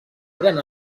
eren